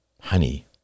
honey